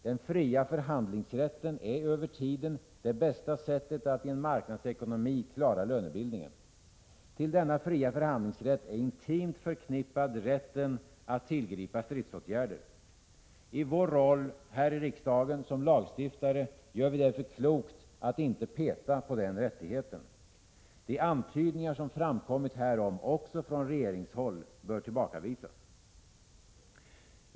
Den fria förhandlingsrätten är över tiden det bästa sättet att i en marknadsekonomi klara lönebildningen. Med denna fria förhandlingsrätt är intimt förknippad rätten att tillgripa stridsåtgärder. I vår roll här i riksdagen som lagstiftare gör vi därför klokt i att inte peta på den rättigheten. De antydningar som framkommit härom också från regeringshåll bör tillbakavisas.